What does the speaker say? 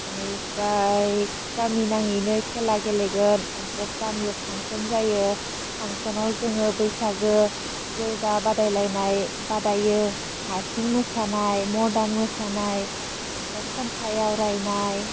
आनिफ्राय गामि नाङैनो खेला गेलेगोन आमफ्राय गामियाव फांसन जायो फांसनआव जोङो बैसागो जावजा बादायलायनाय बादाइयो हारसिं मोसानाय मडार्न मोसानाय आमफाय खन्थाय आवरायनाय